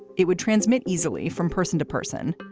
it would transmit easily from person to person.